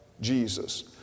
Jesus